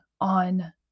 on